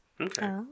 okay